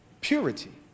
purity